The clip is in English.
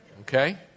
Okay